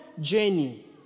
journey